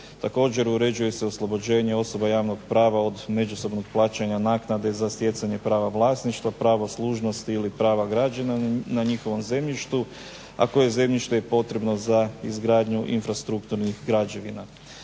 Također uređuje se oslobođenje osoba javnog prava od međusobnog plaćanja naknade za stjecanje prava vlasništva, pravo služnosti ili prava građana na njihovom zemljištu, a koje zemljište je potrebno za izgradnju infrastrukturnih građevina.